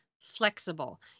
flexible